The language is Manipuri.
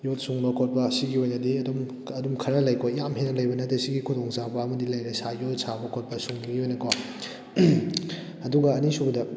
ꯌꯣꯠ ꯁꯨꯡꯕ ꯈꯣꯠꯄ ꯑꯁꯤꯒꯤ ꯑꯣꯏꯅꯗꯤ ꯑꯗꯨꯝ ꯑꯗꯨꯝ ꯈꯔ ꯂꯩꯀꯣ ꯌꯥꯝ ꯍꯦꯟꯅ ꯂꯩꯕ ꯅꯠꯇꯦ ꯁꯤꯒꯤ ꯈꯨꯗꯣꯡ ꯆꯥꯕ ꯑꯃꯗꯤ ꯂꯩꯔꯦ ꯉꯁꯥꯏ ꯌꯣꯠ ꯁꯥꯕ ꯈꯣꯠꯄ ꯁꯨꯡꯕꯒꯤ ꯑꯣꯏꯅꯀꯣ ꯑꯗꯨꯒ ꯑꯅꯤꯁꯨꯕꯗ